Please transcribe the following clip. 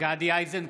גדי איזנקוט,